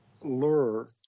lure